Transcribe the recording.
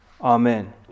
Amen